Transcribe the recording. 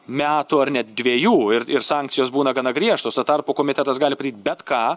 metų ar net dvejų ir ir sankcijos būna gana griežtos tuo tarpu komitetas gali padaryt bet ką